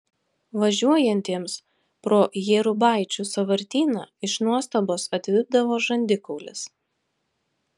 važiuojantiems pro jėrubaičių sąvartyną iš nuostabos atvipdavo žandikaulis